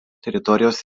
teritorijos